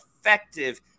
effective